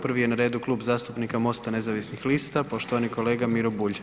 Prvi je na redu Klub zastupnika MOST-a nezavisnih lista i poštovani kolega Miro Bulj.